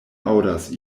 aŭdas